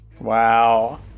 Wow